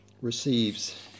receives